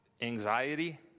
anxiety